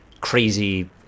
crazy